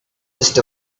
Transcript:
just